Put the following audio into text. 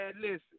Listen